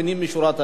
אני מציע,